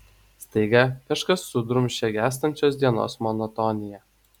staiga kažkas sudrumsčia gęstančios dienos monotoniją